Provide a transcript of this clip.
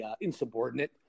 insubordinate